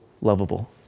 lovable